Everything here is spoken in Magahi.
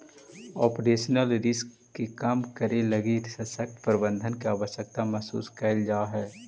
ऑपरेशनल रिस्क के कम करे लगी सशक्त प्रबंधन के आवश्यकता महसूस कैल जा हई